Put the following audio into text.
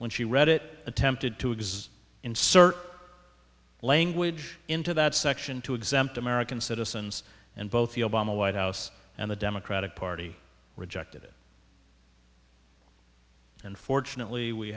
when she read it attempted to exhaust insert language into that section to exempt american citizens and both the obama white house and the democratic party rejected it and fortunately we